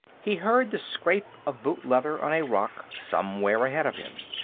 he heard the scrape of boot leather on a rock somewhere ahead of him.